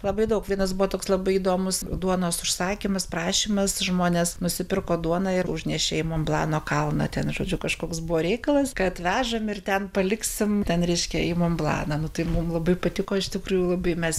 labai daug vienas buvo toks labai įdomūs duonos užsakymas prašymas žmonės nusipirko duoną ir užnešė į monblano kalną ten žodžiu kažkoks buvo reikalas kad vežam ir ten paliksim ten reiškia į monblaną nu tai mum labai patiko iš tikrųjų labai mes